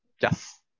Yes